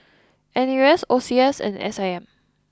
N U S O C S and S I M